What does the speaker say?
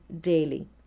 daily